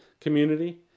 community